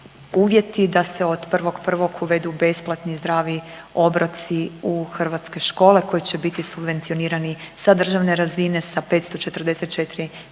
uvjeti da se od 1.1. uvedu besplatni zdravi obroci u hrvatske škole koji će biti subvencionirani sa državne razine sa 544 milijuna